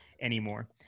anymore